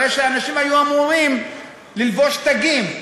הרי אנשים היו אמורים לענוד תגים.